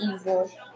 evil